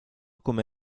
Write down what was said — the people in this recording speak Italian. come